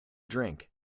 drink